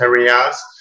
areas